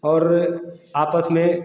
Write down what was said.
और आपस में